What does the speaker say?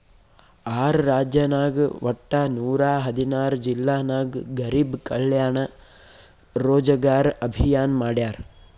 R ರಾಜ್ಯನಾಗ್ ವಟ್ಟ ನೂರಾ ಹದಿನಾರ್ ಜಿಲ್ಲಾ ನಾಗ್ ಗರಿಬ್ ಕಲ್ಯಾಣ ರೋಜಗಾರ್ ಅಭಿಯಾನ್ ಮಾಡ್ಯಾರ್